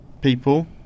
people